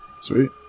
Sweet